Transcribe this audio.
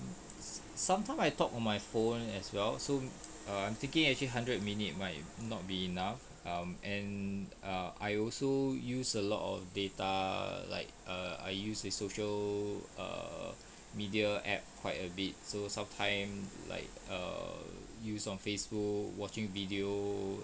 som~ som~ sometime I talk on my phone as well so um I'm thinking actually hundred minute might not be enough um and err I also use a lot of data like err I use social err media at quite a bit so sometime like err use on facebook watching video